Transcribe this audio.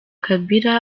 kabila